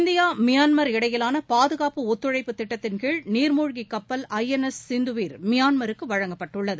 இந்தியாமியான்மார் இடையிலானபாதுகாப்பு ஒத்தழைப்புத் திட்டத்தின் கீழ் நீர்மூழ்கிகப்பல் ஐ என் எஸ் சிந்துவிர் மியான்மாருக்குவழங்கப்பட்டுள்ளது